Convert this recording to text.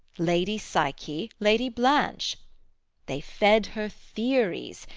lady psyche, lady blanche they fed her theories,